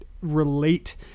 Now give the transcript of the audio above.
relate